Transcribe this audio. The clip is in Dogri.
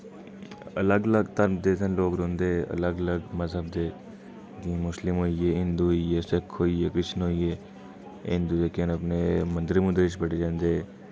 अलग अलग धर्म दे इत्थै लोक रौंह्दे ते अलग अलग मजह्ब दे जि'यां मुस्लिम होई गे हिंदू होई गे सिख होई गे क्रिस्चन होई गे हिंदू जेह्के न अपने मंदरे मुंदरे च बड़े जंदे